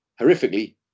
horrifically